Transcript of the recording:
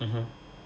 mm hmm